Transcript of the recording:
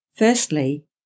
Firstly